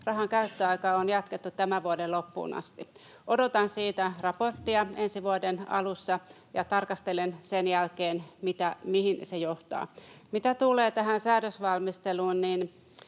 rahan käyttöaikaa on jatkettu tämän vuoden loppuun asti. Odotan siitä raporttia ensi vuoden alussa ja tarkastelen sen jälkeen, mihin se johtaa. Mitä tulee tähän säädösvalmisteluun,